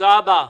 תודה רבה.